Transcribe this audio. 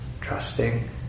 trusting